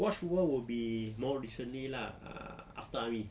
watch football would be know recently lah uh after army